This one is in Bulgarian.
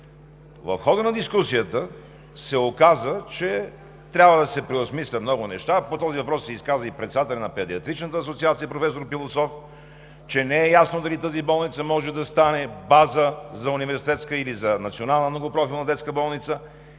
В хода на дискусията се оказа, че трябва да се преосмислят много неща. По този въпрос се изказа и председателят на Педиатричната асоциация – професор Пилософ, че не е ясно дали тази болница може да стане база за университетска, или за национална многопрофилна детска болница.